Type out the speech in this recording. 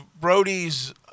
Brody's